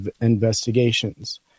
investigations